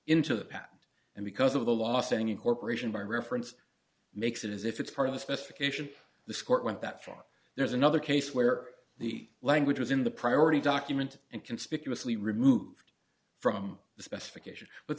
into the past and because of the law saying incorporation by reference makes it as if it's part of the specification this court went that far there's another case where the language was in the priority document and conspicuously removed from the specification but